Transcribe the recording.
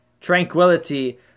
tranquility